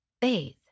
Bathe